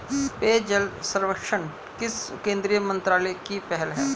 पेयजल सर्वेक्षण किस केंद्रीय मंत्रालय की पहल है?